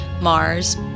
Mars